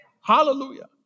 Hallelujah